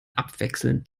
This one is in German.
abwechselnd